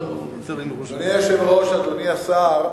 אדוני היושב-ראש, אדוני השר,